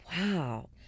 wow